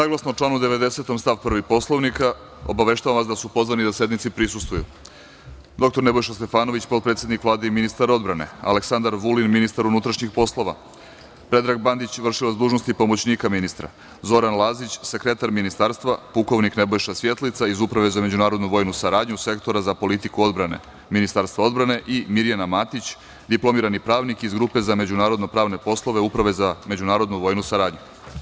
Saglasno članu 90. stav 1. Poslovnika, obaveštavam vas da su pozvani da sednici prisustvuju: dr Nebojša Stefanović, potpredsednik Vlade i ministar odbrane, Aleksandar Vulin, ministar unutrašnjih poslova, Predrag Bandić, vršilac dužnosti pomoćnika ministra, Zoran Lazić, sekretar Ministarstva, pukovnik Nebojša Svjetlica iz Uprave za međunarodnu vojnu saradnju Sektora za politiku odbrane Ministarstva odbrane i Mirjana Matić, diplomirani pravnik iz Grupe za međunarodno pravne poslove Uprave za međunarodnu vojnu saradnju.